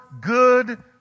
good